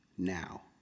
now